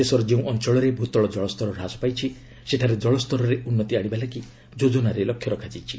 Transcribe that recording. ଦେଶର ଯେଉଁ ଅଞ୍ଚଳରେ ଭୂତଳ ଜଳସ୍ତର ହ୍ରାସ ପାଇଛି ସେଠାରେ ଜଳସ୍ତରରେ ଉନ୍ନତି ଆଶିବା ଲାଗି ଯୋଜନାରେ ଲକ୍ଷ୍ୟ ରଖାଯାଇଛି